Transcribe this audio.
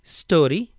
story